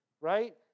right